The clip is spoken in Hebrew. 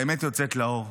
והאמת יוצאת לאור.